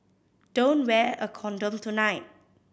don't wear a condom tonight